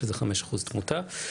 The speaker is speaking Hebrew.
שזה 5% תמותה.